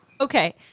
Okay